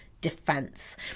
defense